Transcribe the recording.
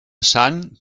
sant